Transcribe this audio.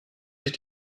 sich